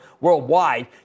worldwide